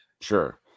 sure